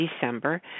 December